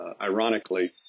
ironically